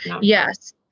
Yes